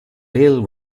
bill